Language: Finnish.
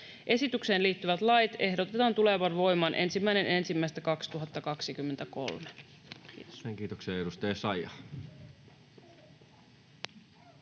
Esitykseen liittyvät lait ehdotetaan tulevan voimaan 1.1.2023. [Speech